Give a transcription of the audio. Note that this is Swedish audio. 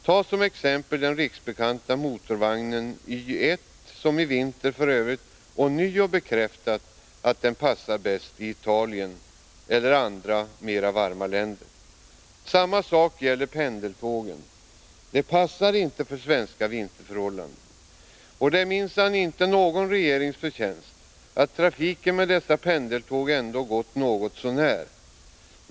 Ta som exempel den riksbekanta motorvagnen Y 1, som i vinter f. ö. ånyo bekräftat att den passar bäst i Italien eller andra mera varma länder. Samma sak gäller pendeltågen. De passar inte för svenska vinterförhållanden. Det är minsann inte någon regerings förtjänst att trafiken med dessa pendeltåg ändå gått något så när.